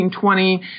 1920